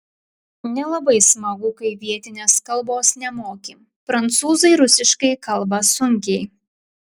nelabai smagu kai vietinės kalbos nemoki prancūzai rusiškai kalba sunkiai